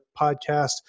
podcast